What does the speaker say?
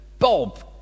Bob